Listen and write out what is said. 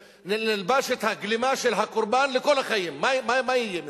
נלבש את הגלימה של הקורבן לכל החיים, מה יהיה מזה?